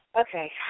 Okay